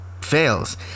fails